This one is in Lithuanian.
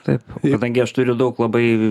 taip kadangi aš turiu daug labai